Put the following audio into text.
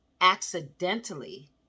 Accidentally